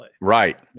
Right